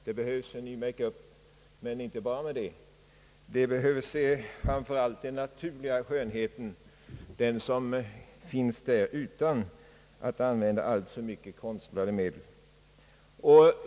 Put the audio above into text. Det behövs en ny make-up, men inte bara det, ty framför allt behöver vi den naturliga skönheten, den som finns utan att man använder alltför mycket konstlade medel.